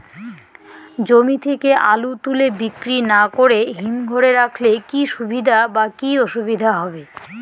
জমি থেকে আলু তুলে বিক্রি না করে হিমঘরে রাখলে কী সুবিধা বা কী অসুবিধা হবে?